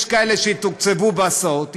יש כאלה שיתוקצבו בהסעות,